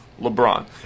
LeBron